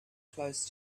close